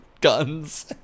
guns